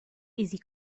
easy